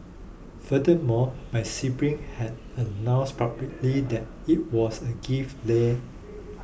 furthermore my siblings had announced publicly that it was a gift leh